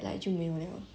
不喜欢 like